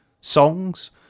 songs